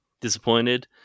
Disappointed